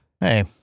Hey